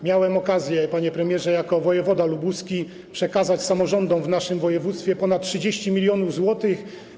Miałem okazję, panie premierze, jako wojewoda lubuski przekazać samorządom w naszym województwie ponad 30 mln zł.